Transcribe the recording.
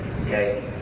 Okay